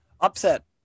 Upset